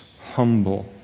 humble